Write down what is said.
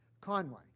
Conway